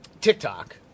TikTok